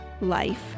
life